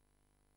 חברת